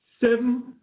seven